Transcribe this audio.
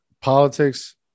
Politics